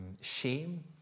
shame